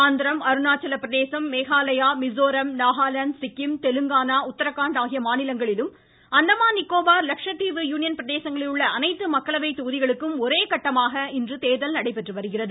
ஆந்திரம் அருணாச்சலபிரதேசம் மேகாலயா மிஸோராம் நாகலாந்து சிக்கிம் தெலுங்கானா உத்தரகாண்ட் ஆகிய மாநிலங்களிலும் அந்தமான் நிக்கோபார் லட்சத்தீவு யூனியன் பிரதேசங்களில் உள்ள அனைத்து மக்களவைத் தொகுதிகளுக்கும் ஒரே கட்டமாக இந்த தேர்தல் நடைபெற்று வருகிறது